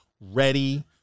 ready